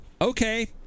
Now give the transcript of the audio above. Okay